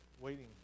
waiting